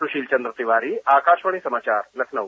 सुशील चन्द्र तिवारी आकाशवाणी समाचार लखनऊ